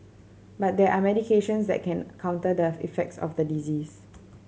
but there are medications that can counter the effects of the disease